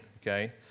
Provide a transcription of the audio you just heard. okay